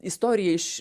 istorija iš